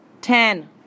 ten